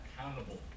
accountable